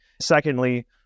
Secondly